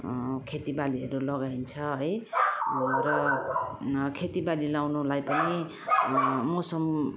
खेतीबालीहरू लगाइन्छ है र खेतीबाली लगाउनुलाई पनि मौसम